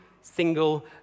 single